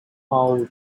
how